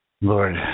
Lord